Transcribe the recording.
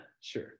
sure